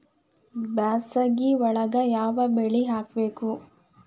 ಬ್ಯಾಸಗಿ ಒಳಗ ಯಾವ ಬೆಳಿ ಹಾಕಬೇಕು?